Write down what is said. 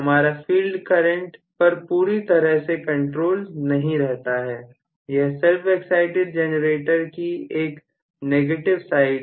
हमारा field current पर पूरी तरह से कंट्रोल नहीं रहता है यह self excited जनरेटर की एक नेगेटिव साइड है